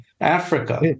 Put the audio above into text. Africa